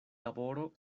laboro